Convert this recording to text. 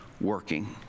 working